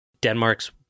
Denmark's